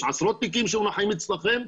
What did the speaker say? יש עשרות תיקים שמונחים אצלכם,